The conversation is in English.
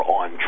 on